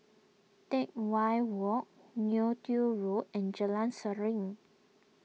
Teck Whye Walk Neo Tiew Road and Jalan Seruling